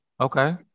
Okay